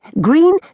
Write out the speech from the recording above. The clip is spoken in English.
green